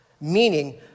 meaning